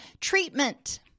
Treatment